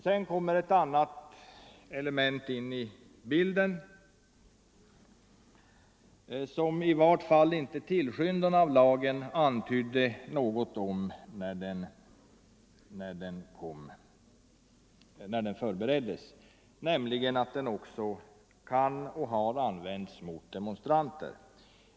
Sedan kommer ett annat element in i bilden, som i varje fall till skyndarna av lagen inte antydde något om när den förbereddes, nämligen att den kan användas och har använts mot demonstranter.